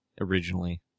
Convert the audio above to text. originally